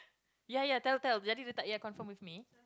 ya ya tell tell that is jadi dia tak ya confirm with me